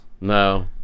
no